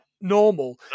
normal